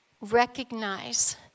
recognize